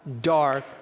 dark